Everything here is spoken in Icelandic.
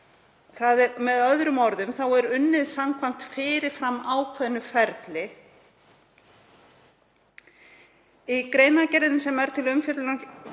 Með öðrum orðum er unnið samkvæmt fyrirfram ákveðnu ferli. Í greinargerðinni sem er til umfjöllunar